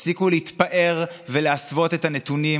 תפסיקו להתפאר ולהסוות את הנתונים.